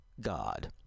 God